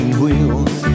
wheels